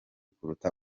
kuruta